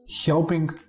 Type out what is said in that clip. helping